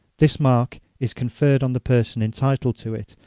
this mark is conferred on the person entitled to it,